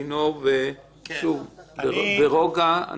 לינור, בבקשה, ברוגע.